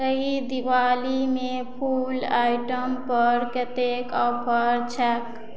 एहि दिवालीमे फूल आइटम पर कतेक ऑफर छैक